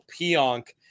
Pionk